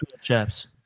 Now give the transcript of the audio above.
chaps